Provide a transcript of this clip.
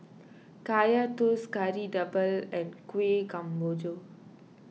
Kaya Toast Kari Debal and Kuih Kemboja